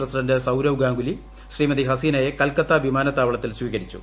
president Sourav Ganguly Shrimati ഹസീനയെ കൽക്കത്ത വിമാനത്താവളത്തിൽ സ്വീകരിച്ചു